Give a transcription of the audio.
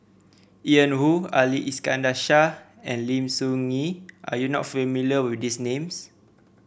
Ian Woo Ali Iskandar Shah and Lim Soo Ngee are you not familiar with these names